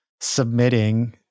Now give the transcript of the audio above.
submitting